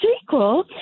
sequel